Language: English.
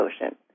Ocean